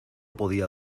podía